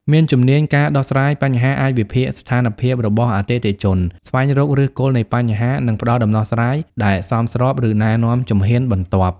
មានជំនាញការដោះស្រាយបញ្ហាអាចវិភាគស្ថានភាពរបស់អតិថិជន ស្វែងរកឫសគល់នៃបញ្ហា និងផ្ដល់ដំណោះស្រាយដែលសមស្រប ឬណែនាំជំហានបន្ទាប់។